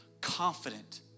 confident